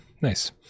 Nice